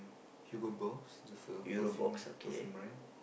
Hugo Boss is it for your perfume perfume brand